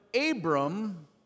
Abram